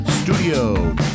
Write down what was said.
Studio